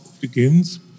begins